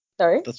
sorry